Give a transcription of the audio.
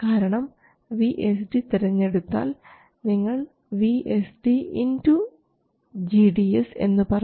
കാരണം vSD തെരഞ്ഞെടുത്താൽ നിങ്ങൾ vSD gds എന്നു പറയും